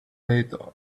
faith